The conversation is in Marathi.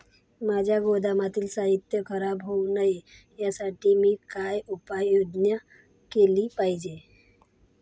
माझ्या गोदामातील साहित्य खराब होऊ नये यासाठी मी काय उपाय योजना केली पाहिजे?